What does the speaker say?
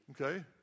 Okay